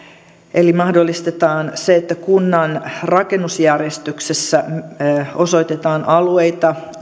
eli mahdollistetaan se että kunnan rakennusjärjestyksessä osoitetaan alueita